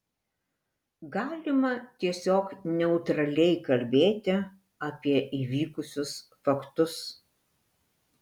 galima tiesiog neutraliai kalbėti apie įvykusius faktus